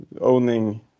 owning